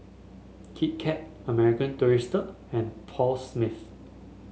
Kit Kat American Tourister and Paul Smith